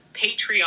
Patreon